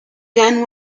gun